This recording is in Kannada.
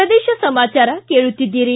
ಪ್ರದೇಶ ಸಮಾಚಾರ ಕೇಳುತ್ತಿದ್ದೀರಿ